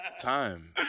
time